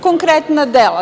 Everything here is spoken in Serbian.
Konkretna dela.